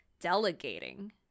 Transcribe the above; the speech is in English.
delegating